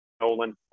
Nolan